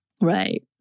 Right